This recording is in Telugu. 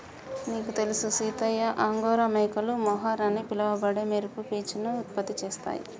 నీకు తెలుసు సీతయ్య అంగోరా మేకలు మొహర్ అని పిలవబడే మెరుపు పీచును ఉత్పత్తి చేస్తాయి